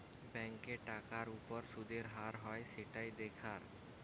ব্যাংকে টাকার উপর শুদের হার হয় সেটাই দেখার